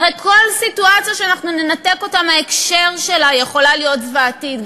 הרי כל סיטואציה שאנחנו ננתק אותה מההקשר שלה יכולה להיות זוועתית.